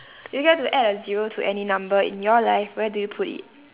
you get to add a zero to any number in your life where do you put it